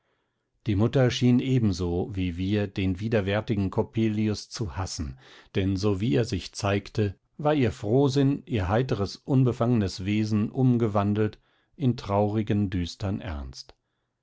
die mutter schien ebenso wie wir den widerwärtigen coppelius zu hassen denn so wie er sich zeigte war ihr frohsinn ihr heiteres unbefangenes wesen umgewandelt in traurigen düstern ernst